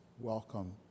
welcome